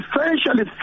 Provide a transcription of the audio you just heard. essentially